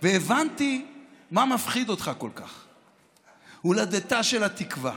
והבנתי מה מפחיד אותך כל כך, הולדתה של התקווה.